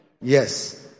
yes